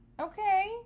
Okay